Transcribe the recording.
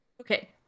Okay